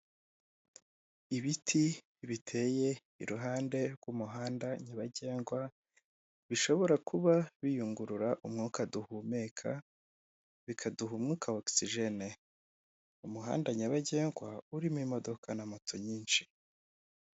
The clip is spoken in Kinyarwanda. Ibiti biteye iruhande rw'umuhanda nyabagendwa, bishobora kuba biyungurura umwuka duhumeka, bikaduha umwuka ogisijene. Umuhanda nyabagendwa urimo imodoka na moto nyinshi.